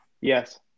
Yes